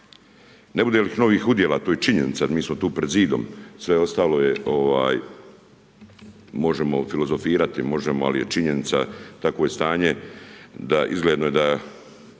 Ne bude li novih udjela, to je činjenica, jer mi smo tu pred zidom, sve ostalo možemo filozofirati, ali je činjenica, takvo je stanje da je izgledno da